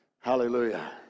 Hallelujah